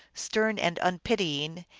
stern and unpitying,